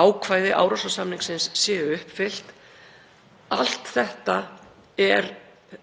ákvæði Árósasamningsins séu uppfyllt. Allt þetta er